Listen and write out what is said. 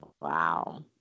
Wow